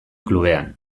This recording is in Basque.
klubean